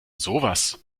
sowas